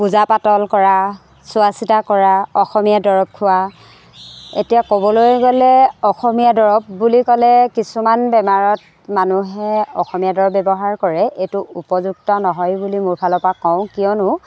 পূজা পাতল কৰা চোৱা চিতা কৰা অসমীয়া দৰৱ খোৱা এতিয়া ক'বলৈ গ'লে অসমীয়া দৰৱ বুলি ক'লে কিছুমান বেমাৰত মানুহে অসমীয়া দৰৱ ব্যৱহাৰ কৰে এইটো উপযুক্ত নহয় বুলি মোৰ ফালৰ পৰা কওঁ কিয়নো